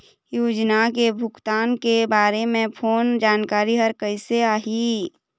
योजना के भुगतान के बारे मे फोन जानकारी हर कइसे आही?